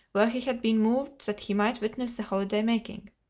where he had been moved that he might witness the holiday-making.